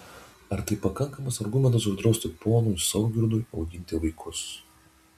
ar tai pakankamas argumentas uždrausti ponui saugirdui auginti vaikus